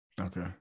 Okay